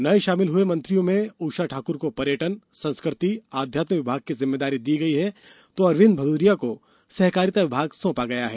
नए शामिल हुए मंत्रियों में उषा ठाकर को पर्यटन संस्कृति अध्यात्म विभाग की जिम्मेदारी दी गई है तो अरविंद भदौरिया को सहकारिता विभाग सौंपा गया है